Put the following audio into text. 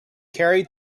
carried